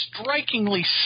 strikingly